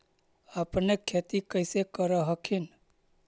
अपने खेती कैसे कर हखिन?